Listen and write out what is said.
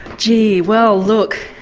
gee, well, look,